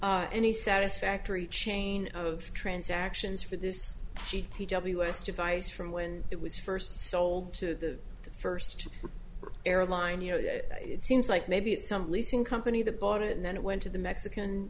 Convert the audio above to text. any satisfactory chain of transactions for this list of ice from when it was first sold to the first airline you know that it seems like maybe it's some leasing company that bought it and then it went to the mexican